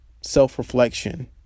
self-reflection